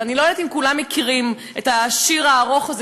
אני לא יודעת אם כולם מכירים את השיר הארוך הזה,